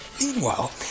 Meanwhile